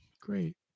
Great